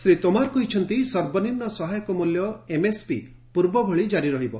ଶ୍ରୀ ତୋମାର କହିଛନ୍ତି ସର୍ବନିମ୍ନ ସହାୟକ ମୂଲ୍ୟ ଏମ୍ଏସ୍ପି ପୂର୍ବଭଳି ଜାରି ରହିବ